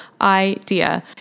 idea